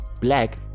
black